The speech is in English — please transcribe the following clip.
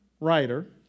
writer